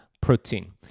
protein